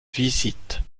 visite